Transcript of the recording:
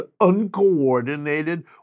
uncoordinated